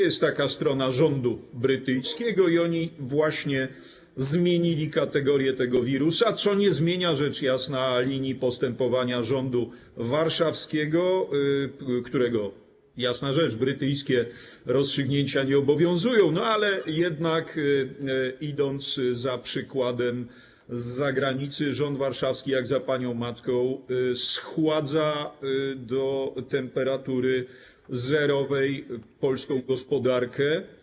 Jest taka strona rządu brytyjskiego i oni właśnie zmienili kategorię tego wirusa, co nie zmienia rzecz jasna linii postępowania rządu warszawskiego, którego - jasna rzecz - brytyjskie rozstrzygnięcia nie obowiązują, ale jednak idąc za przykładem z zagranicy, rząd warszawski jak za panią matką schładza do temperatury zerowej polską gospodarkę.